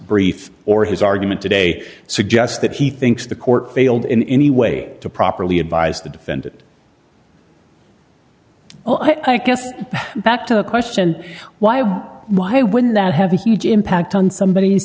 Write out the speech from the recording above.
brief or his argument today suggests that he thinks the court failed in any way to properly advise the defendant well i guess back to the question why why why wouldn't that have a huge impact on somebody